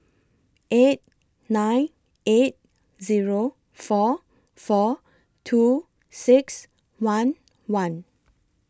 eight nine eight four four two six one one